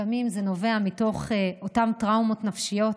לפעמים זה נובע מתוך אותן טראומות נפשיות,